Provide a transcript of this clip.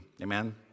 Amen